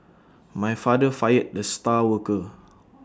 my father fired the star worker